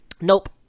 Nope